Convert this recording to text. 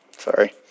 Sorry